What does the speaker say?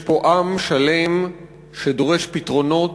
יש פה עם שלם שדורש פתרונות,